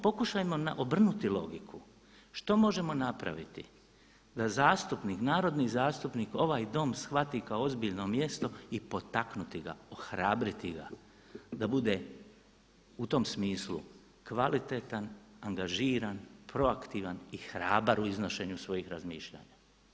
Pokušajmo obrnuti logiku, što možemo napraviti da zastupnik, narodni zastupnik, ovaj Dom shvati kao ozbiljno mjesto i potaknuti ga, ohrabriti ga da bude u tom smislu kvalitetan, angažiran, proaktivan i hrabar u iznošenju svojih razmišljanja.